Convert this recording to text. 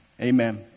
Amen